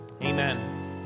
Amen